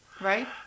Right